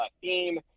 theme